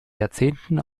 jahrzehnten